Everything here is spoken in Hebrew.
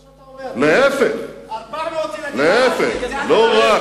להיפך, 400 ילדים הרגתם.